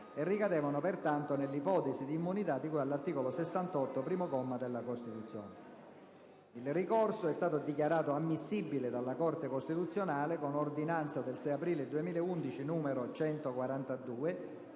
e ricadevano, pertanto, nell'ipotesi di immunità di cui all'articolo 68, primo comma, della Costituzione. (*Doc*-*IV*-*ter*, n. 14). Il ricorso è stato dichiarato ammissibile dalla Corte costituzionale con ordinanza del 6 aprile 2011, n. 142,